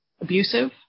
abusive